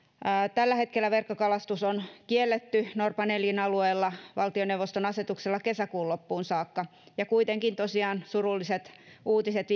tällä hetkellä verkkokalastus on kielletty norpan elinalueella valtioneuvoston asetuksella kesäkuun loppuun saakka ja kuitenkin tosiaan surulliset uutiset